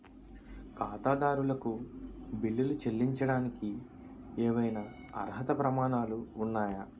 ఖాతాదారులకు బిల్లులు చెల్లించడానికి ఏవైనా అర్హత ప్రమాణాలు ఉన్నాయా?